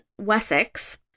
Wessex